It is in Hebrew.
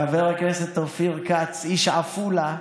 חבר הכנסת אופיר כץ, איש עפולה,